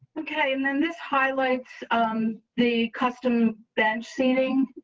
okay, and then this highlight um the custom bench seating.